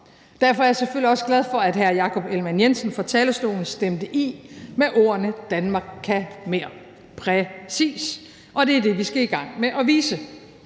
Derfor er jeg selvfølgelig også glad for, at hr. Jakob Ellemann-Jensen fra talerstolen stemte i med ordene Danmark kan mere – præcis – og det er det, vi skal i gang med at vise.